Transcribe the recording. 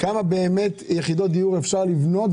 כמה יחידות דיור אפשר לבנות,